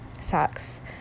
sucks